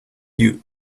you